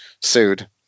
sued